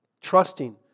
Trusting